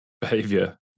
behavior